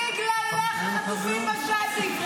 בגללך, בגללך החטופים בשבי.